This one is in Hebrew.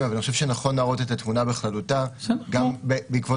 שנכון להראות את התמונה בכללותה בעקבות